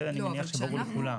זה אני מניח שברור לכולם.